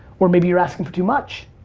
or maybe you're asking for too much.